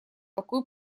такой